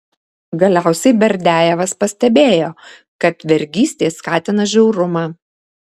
galiausiai berdiajevas pastebėjo kad vergystė skatina žiaurumą